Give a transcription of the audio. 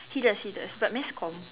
he does he does but mass comm